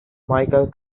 michael